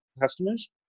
customers